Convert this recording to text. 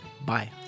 bye